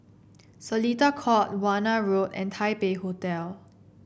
Seletar Court Warna Road and Taipei Hotel